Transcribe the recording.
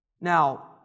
Now